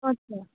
আচ্ছা